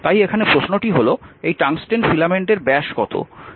তাই এখানে প্রশ্নটি হল এই টাংস্টেন ফিলামেন্টের ব্যাস কত সেটি নিয়ে